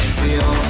feel